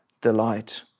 delight